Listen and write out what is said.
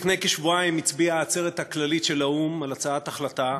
לפני כשבועיים הצביעה העצרת הכללית של האו"ם על הצעת החלטה